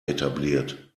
etabliert